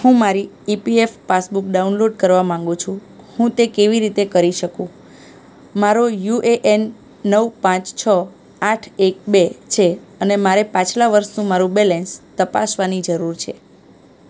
હું મારી EPF passbook download કરવા માગું છું હું તે કેવી રીતે કરી શકું મારો યુ એ એન નવ પાંચ છ આઠ એક બે છે અને મારે પાછલાં વર્ષનું મારું બેલેન્સ તપાસવાની જરૂર છે